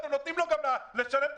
ואתם נותנים לו גם לשלם את